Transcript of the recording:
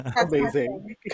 Amazing